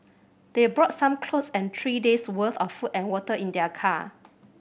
they brought some clothes and three days' worth of food and water in their car